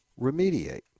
remediate